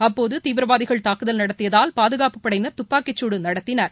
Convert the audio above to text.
அப்போதுதீவிரவாதிகள் தாக்குதல் நடத்தியதால் பாதுகாப்புப் படையினர் துப்பாக்கிச்சூடுநடத்தினர்